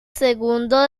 segundo